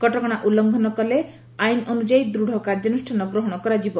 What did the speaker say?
କଟକଶା ଉଲ୍କଂଘନ କରେ ଆଇନ ଅନୁଯାୟୀ ଦୂଢ କାର୍ଯ୍ୟାନୁଷ୍ଠାନ ଗ୍ରହଣ କରାଯିବ